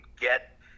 get